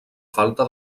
falta